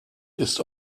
ist